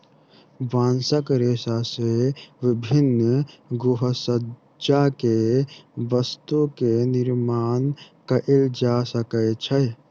बांसक रेशा से विभिन्न गृहसज्जा के वस्तु के निर्माण कएल जा सकै छै